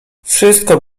wszystko